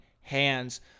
hands